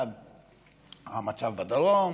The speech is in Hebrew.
המצב בדרום,